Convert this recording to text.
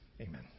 amen